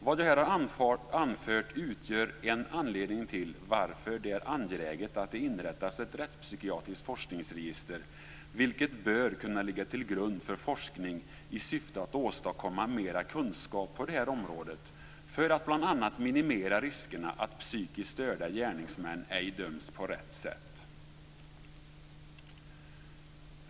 Vad här har anförts utgör en anledning till varför det är angeläget att det inrättas ett rättspsykiatriskt forskningsregister, vilket bör kunna ligga grund för forskning i syfte att åstadkomma mera kunskap på det här området, för att bl.a. minimera riskerna för att psykiskt störda gärningsmän ej döms på rätt sätt.